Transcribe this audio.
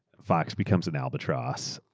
fox becomes an albatross,